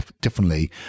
differently